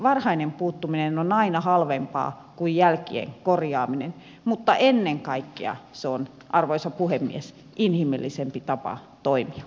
varhainen puuttuminen on aina halvempaa kuin jälkien korjaaminen mutta ennen kaikkea se on arvoisa puhemies inhimillisempi tapa toimia